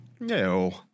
No